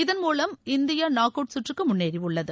இதன் மூலம் India knockout சுற்றுக்கு முன்னேறியுள்ளது